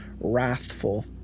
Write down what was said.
wrathful